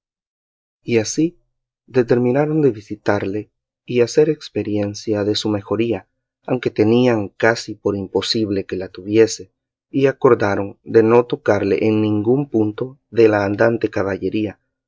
y así determinaron de visitarle y hacer esperiencia de su mejoría aunque tenían casi por imposible que la tuviese y acordaron de no tocarle en ningún punto de la andante caballería